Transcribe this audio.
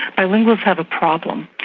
bilinguals have a problem.